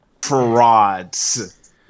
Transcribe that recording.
prods